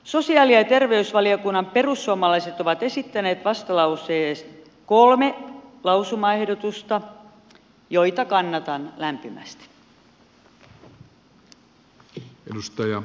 sosiaali ja terveysvaliokunnan perussuomalaiset ovat esittäneet vastalauseessaan kolme lausumaehdotusta joita kannatan lämpimästi